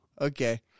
Okay